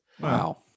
Wow